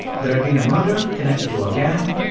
there had been a murder connected to a gang.